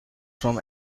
from